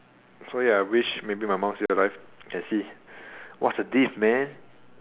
so ya wish maybe my mum still alive can see what's the diff man